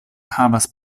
havas